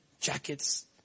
jackets